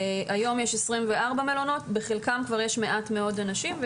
היום יש 24 מלונות, בחלקם כבר יש מעט מאוד אנשים.